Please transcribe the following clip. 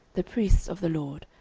the priests of the lord,